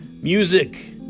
Music